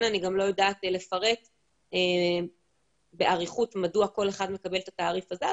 אני גם לא יודעת לפרט באריכות מדוע כל אחד מקבל את התעריף הזה,